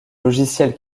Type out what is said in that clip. logiciel